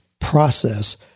process